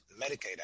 Medicaid